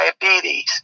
diabetes